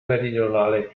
meridionale